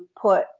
put